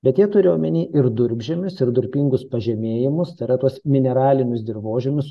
bet jie turėjo omeny ir durpžemius ir durpingus pažemėjimus tai yra tuos mineralinius dirvožemius